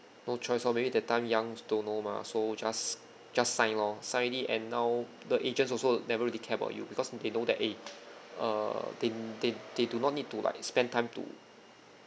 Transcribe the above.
no choice lor maybe that time youngs don't know mah so just just sign lor sign already and now the agents also never really care about you because they know that eh err they they they do not need to like spend time to